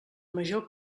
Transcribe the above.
major